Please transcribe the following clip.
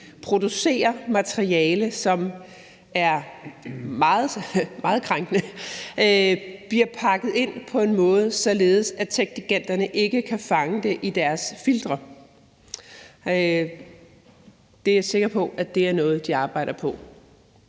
producerer materiale, som er meget krænkende, pakker det ind på en måde, således at techgiganterne ikke kan fange det i deres filtre. Det er jeg sikker på er noget, de arbejder på